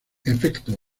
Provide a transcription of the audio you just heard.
efecto